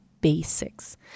basics